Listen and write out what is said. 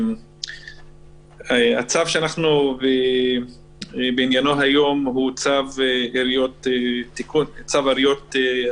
הצו שאנחנו בעניינו היום הוא צו העיריות (עבירות